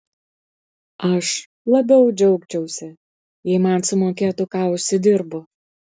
aš labiau džiaugčiausi jei man sumokėtų ką užsidirbu